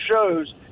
shows